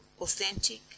authentic